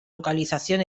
localización